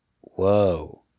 Whoa